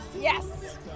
yes